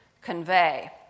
convey